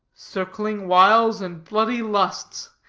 circling wiles and bloody lusts.